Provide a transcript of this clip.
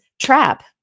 trap